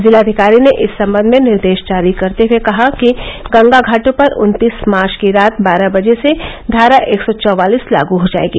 जिलाधिकारी ने इस सम्बन्ध में निर्देश जारी करते हुए कहा कि गंगा घाटों पर उन्तीस मार्च की रात बारह बजे से धारा एक सौ चौवालिस लागू हो जाएगी